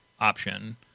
option